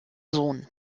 sohn